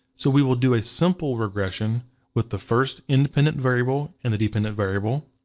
so we will do a simple regression with the first independent variable and the dependent variable,